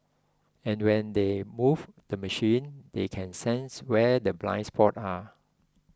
and when they move the machine they can sense where the blind spots are